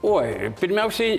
oi pirmiausiai